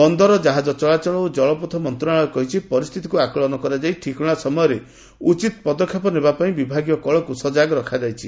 ବନ୍ଦର ଜାହାଜ ଚଳାଚଳ ଓ ଜଳପଥ ମନ୍ତ୍ରଣାଳୟ କହିଛି ପରିସ୍ଥିତିକୁ ଆକଳନ କରାଯାଇ ଠିକଣା ସମୟରେ ଉଚିତ ପଦକ୍ଷେପ ନେବା ପାଇଁ ବିଭାଗୀୟ କଳକୁ ସଜାଗ ରଖାଯାଇଛି